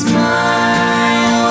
Smile